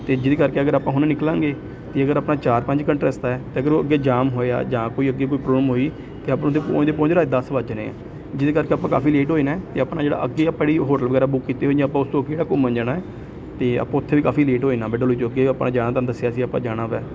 ਅਤੇ ਜਿਹਦੇ ਕਰਕੇ ਅਗਰ ਆਪਾਂ ਹੁਣ ਨਿਕਲਾਂਗੇ ਅਤੇ ਅਗਰ ਆਪਾਂ ਚਾਰ ਪੰਜ ਘੰਟੇ ਰਸਤਾ ਹੈ ਅਤੇ ਅਗਰ ਉਹ ਅੱਗੇ ਜਾਮ ਹੋਇਆ ਜਾਂ ਕੋਈ ਅੱਗੇ ਕੋਈ ਪ੍ਰੋਬਲਮ ਹੋਈ ਤਾਂ ਆਪਾਂ ਨੂੰ ਤਾਂ ਪਹੁੰਚਦੇ ਪਹੁੰਚਦੇ ਰਾਤ ਦਸ ਵੱਜ ਜਾਣੇ ਆ ਜਿਹਦੇ ਕਰਕੇ ਆਪਾਂ ਕਾਫੀ ਲੇਟ ਹੋ ਜਾਣਾ ਅਤੇ ਆਪਣਾ ਜਿਹੜਾ ਅੱਗੇ ਆਪਣੇ ਹੋਟਲ ਵਗੈਰਾ ਬੁੱਕ ਕੀਤੇ ਹੋਏ ਜਾਂ ਆਪਾਂ ਉਸ ਤੋਂ ਅੱਗੇ ਦਾ ਘੁੰਮਣ ਜਾਣਾ ਅਤੇ ਆਪਾਂ ਉੱਥੇ ਵੀ ਕਾਫੀ ਲੇਟ ਹੋ ਜਾਣਾ ਆਪਾਂ ਡਲਹੌਜ਼ੀ ਹੋ ਕੇ ਆਪਾਂ ਨੇ ਜਾਣਾ ਤੁਹਾਨੂੰ ਦੱਸਿਆ ਸੀ ਆਪਾਂ ਜਾਣਾ ਹੈ